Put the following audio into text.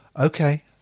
Okay